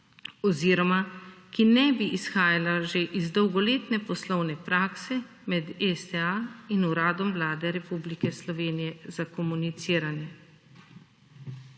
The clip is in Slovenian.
oziroma, ki ne bi izhajala že iz dolgoletne poslovne prakse med STA in Uradom Vlade Republike Slovenije za komuniciranje.